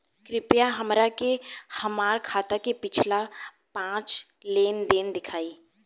कृपया हमरा के हमार खाता के पिछला पांच लेनदेन देखाईं